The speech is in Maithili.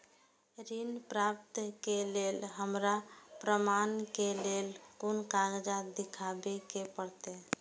ऋण प्राप्त के लेल हमरा प्रमाण के लेल कुन कागजात दिखाबे के परते?